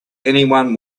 anyone